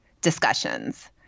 discussions